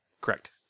Correct